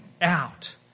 out